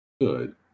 Good